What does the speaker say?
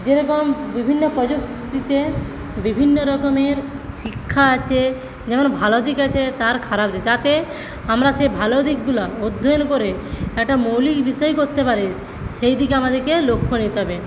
যেরকম বিভিন্ন প্রযুক্তিতে বিভিন্ন রকমের শিক্ষা আছে যেমন ভালো দিক আছে তার খারাপ দিক যাতে আমরা সে ভালো দিকগুলো অধ্যয়ন করে একটা মৌলিক করতে পারি সেই দিকে আমাদেরকে লক্ষ্য নিতে হবে